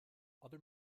other